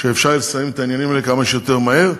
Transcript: שאפשר יהיה לסיים את העניינים האלה כמה שיותר מהר.